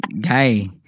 guy